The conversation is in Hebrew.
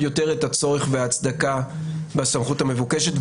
יותר את הצורך בהצדקה בסמכות המבוקשת,